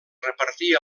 repartia